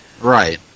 right